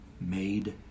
made